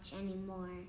anymore